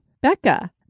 Becca